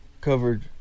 covered